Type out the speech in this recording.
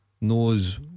knows